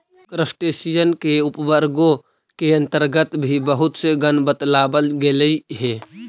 crustacean के उपवर्गों के अन्तर्गत भी बहुत से गण बतलावल गेलइ हे